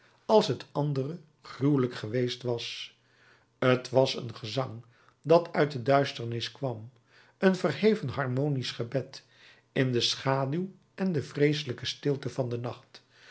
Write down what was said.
als het andere gruwelijk geweest was t was een gezang dat uit de duisternis kwam een verheven harmonisch gebed in de schaduw en de vreeselijke stilte van den nacht